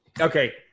okay